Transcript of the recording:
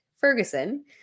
Ferguson